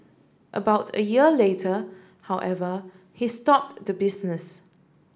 about a year later however he stopped the business